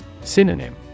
Synonym